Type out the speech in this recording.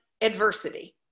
adversity